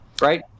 Right